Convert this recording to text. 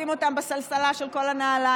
לשים אותן בסלסלה של כל הנעליים,